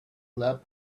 club